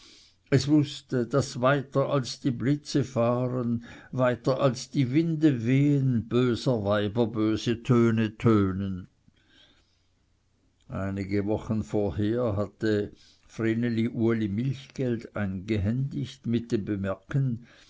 es wußte daß weiter als die blitze fahren weiter als die winde wehen böser weiber böse töne tönen einige wochen vorher hatte vreneli uli milchgeld eingehändigt mit dem bemerken